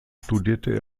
studierte